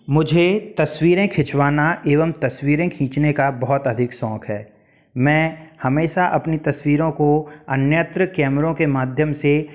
मुझे तस्वीरें खिंचवाना एवं तस्वीरें खींचने का बहुत अधिक शौक है मैं हमेशा अपनी तस्वीरों को अन्यत्र कैमरों के माध्यम से